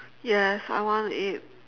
yes I want to eat